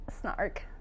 Snark